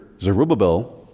Zerubbabel